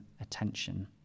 attention